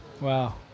Wow